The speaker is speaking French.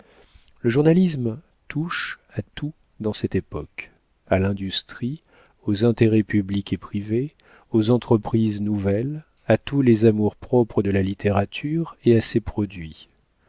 le journalisme touche à tout dans cette époque à l'industrie aux intérêts publics et privés aux entreprises nouvelles à tous les amours-propres de la littérature et à ses produits